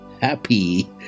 happy